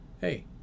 Hey